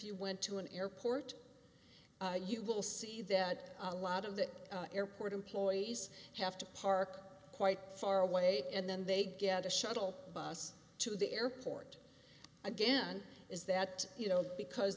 you went to an airport you will see that a lot of the airport employees have to park quite far away and then they get a shuttle bus to the airport again is that you know because